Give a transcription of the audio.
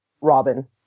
Robin